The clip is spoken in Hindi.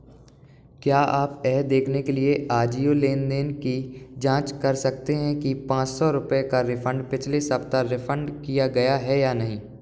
क्या आप यह देखने के लिए आजीओ लेन देन की जाँच कर सकते हैं कि पाँच सौ रुपये का रिफ़ंड पिछले सप्ताह रिफ़ंड किया गया है या नहीं